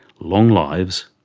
long lives.